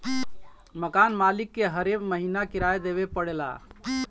मकान मालिक के हरे महीना किराया देवे पड़ऽला